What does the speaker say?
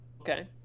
Okay